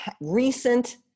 recent